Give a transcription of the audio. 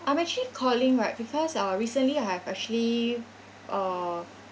I'm actually calling right because uh recently I have actually uh